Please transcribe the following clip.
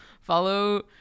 follow